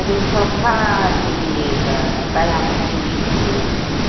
ꯑꯗꯨ ꯁꯣꯐꯥꯁꯤꯗꯤ ꯀꯌꯥꯃꯨꯛꯇꯤ ꯆꯤꯡꯉꯝꯒꯅꯤ